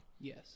Yes